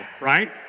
right